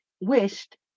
wished